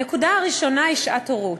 הנקודה הראשונה היא שעת הורות.